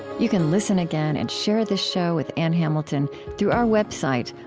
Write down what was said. you can listen again and share this show with ann hamilton through our website,